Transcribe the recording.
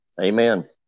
Amen